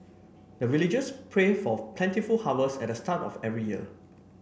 the villagers pray for plentiful harvest at the start of every year